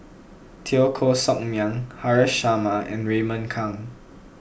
Teo Koh Sock Miang Haresh Sharma and Raymond Kang